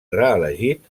reelegit